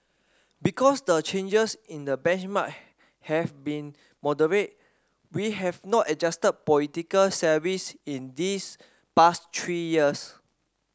because the changes in the benchmark have been moderate we have not adjusted political salaries in these past three years